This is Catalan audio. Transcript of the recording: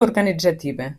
organitzativa